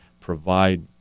provide